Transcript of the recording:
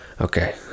Okay